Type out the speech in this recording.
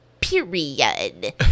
period